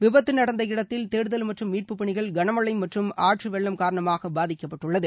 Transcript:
விபத்து நடந்த இடத்தில் தேடுதல் மற்றும் மீட்பு பணிகள் கனமழை மற்றும் ஆற்று வெள்ளம் காரணமாக பாதிக்கப்பட்டுள்ளது